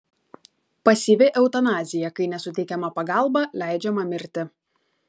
pasyvi eutanazija kai nesuteikiama pagalba leidžiama mirti